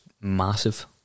massive